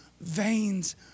veins